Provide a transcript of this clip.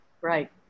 Right